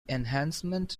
enhancement